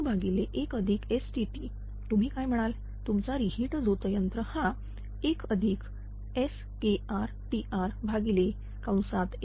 11STt तुम्ही काय म्हणाल तुमचा रि हीट झोतयंत्र हा 1SKrTr1STt